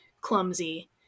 clumsy